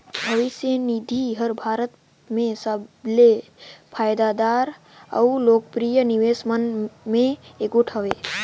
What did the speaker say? भविस निधि हर भारत में सबले फयदादार अउ लोकप्रिय निवेस मन में एगोट हवें